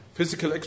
Physical